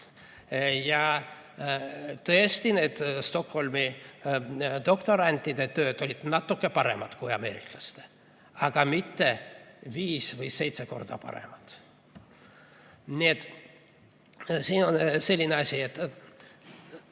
Tõesti, Stockholmi doktorantide tööd olid natuke paremad kui ameeriklastel, aga mitte viis või seitse korda paremad. Nii et siin on selline asi, et